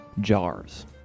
jars